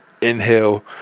inhale